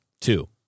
Two